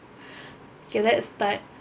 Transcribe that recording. okay let's start